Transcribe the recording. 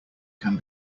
can